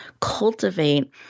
cultivate